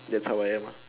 that's how I am ah